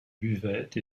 buvette